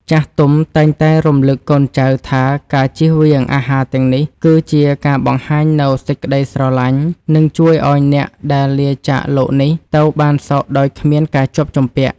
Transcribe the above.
ចាស់ទុំតែងតែរំលឹកកូនចៅថាការជៀសវាងអាហារទាំងនេះ គឺជាការបង្ហាញនូវសេចក្តីស្រឡាញ់ និងជួយឱ្យអ្នកដែលលាចាកលោកនេះ ទៅបានសុខដោយគ្មានការជាប់ជំពាក់។